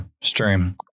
stream